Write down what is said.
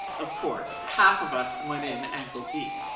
of course half of us went in ankle deep.